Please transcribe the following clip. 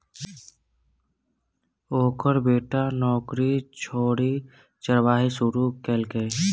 ओकर बेटा नौकरी छोड़ि चरवाही शुरू केलकै